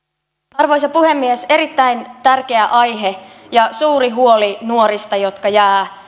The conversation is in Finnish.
arvoisa puhemies erittäin tärkeä aihe ja suuri huoli nuorista jotka jäävät